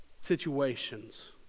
situations